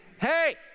hey